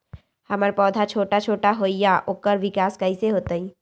हमर पौधा छोटा छोटा होईया ओकर विकास कईसे होतई?